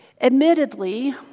Admittedly